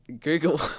Google